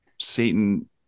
satan